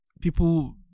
people